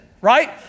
right